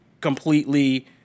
completely